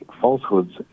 falsehoods